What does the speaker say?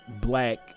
black